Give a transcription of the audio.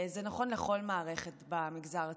זה נכון לכל מערכת במגזר הציבורי.